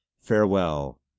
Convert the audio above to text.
farewell